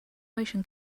motion